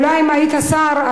אולי אם היית שר,